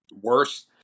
worse